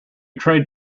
trade